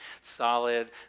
solid